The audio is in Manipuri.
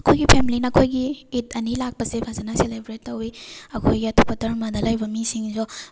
ꯑꯩꯈꯣꯏꯒꯤ ꯐꯦꯃꯤꯂꯤꯅ ꯑꯩꯈꯣꯏꯒꯤ ꯏꯠ ꯑꯅꯤ ꯂꯥꯛꯄꯁꯦ ꯐꯖꯅ ꯁꯦꯂꯦꯕ꯭ꯔꯦꯠ ꯇꯧꯋꯤ ꯑꯩꯈꯣꯏꯒꯤ ꯑꯇꯣꯞꯄ ꯙꯔꯃꯗ ꯂꯩꯕ ꯃꯤꯁꯤꯡꯁꯨ